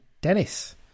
Dennis